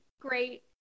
great